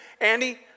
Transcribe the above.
Andy